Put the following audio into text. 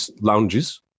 lounges